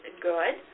good